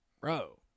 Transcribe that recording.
bro